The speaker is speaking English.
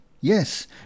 yes